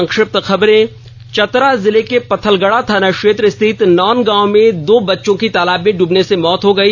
संक्षिप्त खबरें चतरा जिले के पत्थलगढ़ा थाना क्षेत्र स्थित नॉनगांव में दो बच्चों की तालाब में डुबने से मौत हो गई